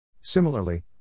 Similarly